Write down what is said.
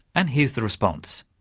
and here's the response.